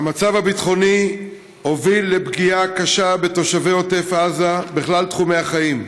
המצב הביטחוני הוביל לפגיעה קשה בתושבי עוטף עזה בכלל תחומי החיים.